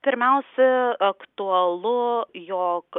pirmiausia aktualu jog